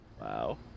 Wow